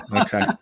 Okay